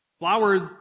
Flowers